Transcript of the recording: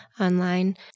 online